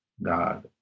god